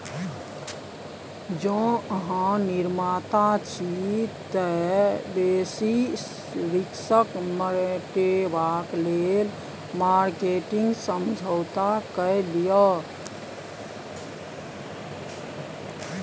जौं अहाँ निर्माता छी तए बेसिस रिस्क मेटेबाक लेल मार्केटिंग समझौता कए लियौ